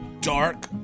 dark